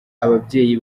ababyeyi